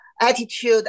Attitude